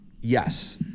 yes